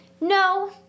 no